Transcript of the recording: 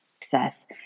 success